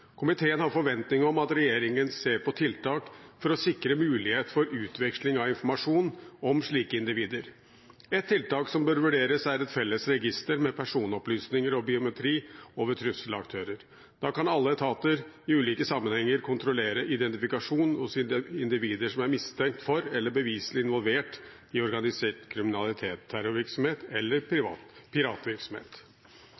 Komiteen har forventning om at regjeringen ser på tiltak for å sikre mulighet for utveksling av informasjon om slike individer. Et tiltak som bør vurderes, er et felles register med personopplysninger og biometri over trusselaktører. Da kan alle etater i ulike sammenhenger kontrollere identifikasjon hos individer som er mistenkt for eller beviselig involvert i organisert kriminalitet, terrorvirksomhet eller